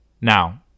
now